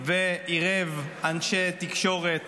ועירב אנשי תקשורת